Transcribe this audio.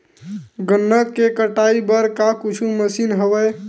गन्ना के कटाई बर का कुछु मशीन हवय?